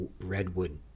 redwood